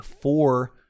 four